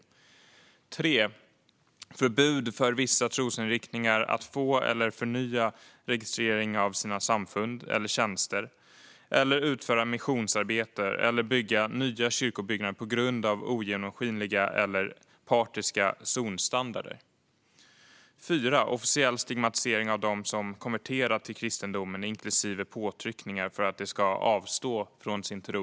För det tredje handlar det om förbud för vissa trosinriktningar mot att få eller förnya registrering av sina samfund eller tjänster, mot att utföra missionsarbete eller mot att bygga nya kyrkobyggnader på grund av ogenomskinliga eller partiska zonstandarder. För det fjärde gäller det officiell stigmatisering av dem som konverterar till kristendomen, inklusive påtryckningar för att de ska avstå från sin tro.